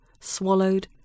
swallowed